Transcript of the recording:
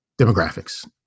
demographics